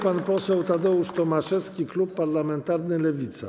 Pan poseł Tadeusz Tomaszewski, klub parlamentarny Lewica.